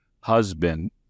husband